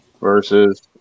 versus